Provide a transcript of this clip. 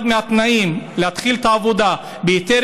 אחד התנאים להתחיל את העבודה בהיתר